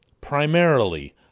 primarily